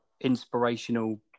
inspirational